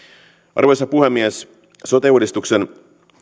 arvoisa puhemies sote uudistuksen